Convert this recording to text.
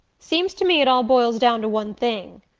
seems to me it all boils down to one thing.